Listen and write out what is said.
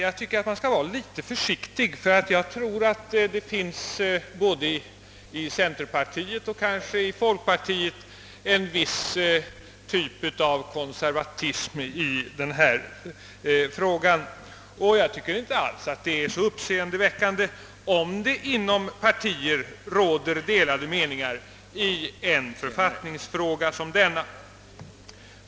Jag tycker att man skall vara litet försiktig härvidlag, ty jag tror att det både inom centerpartiet och kanske även inom folkpartiet finns en viss typ av konservatism beträffande denna fråga. Det är alls inte så uppseendeväckande, om det inom olika partier råder delade meningar i en författningsfråga som denna.